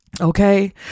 Okay